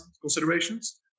considerations